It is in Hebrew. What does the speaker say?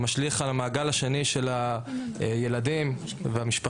משליכים גם על המעגל השני של הילדים והמשפחות.